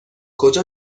کجا